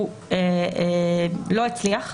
לא הצליח.